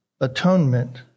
atonement